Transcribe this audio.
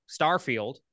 Starfield